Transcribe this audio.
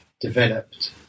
developed